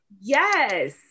yes